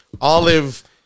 olive